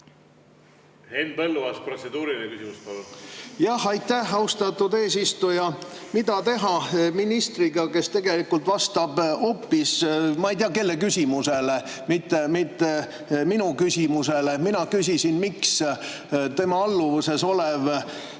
Henn Põlluaas, protseduuriline küsimus, palun! Aitäh! Austatud eesistuja, mida teha ministriga, kes vastab hoopis ma ei tea kelle küsimusele, mitte minu küsimusele? Mina küsisin, miks tema alluvuses oleva